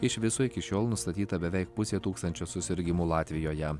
iš viso iki šiol nustatyta beveik pusė tūkstančio susirgimų latvijoje